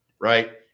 right